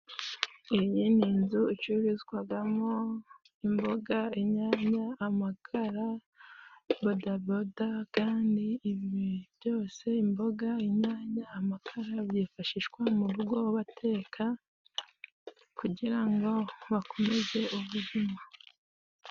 Iyi ni nzu icururizwagamo: imboga ,inyanya ,amakara ,bodaboda kandi ibi byose imboga, inyanya ,amakara byifashishwa mu rugo bateka kugira ngo bakomeze ubuzima.